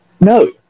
no